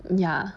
ya